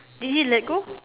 did he let go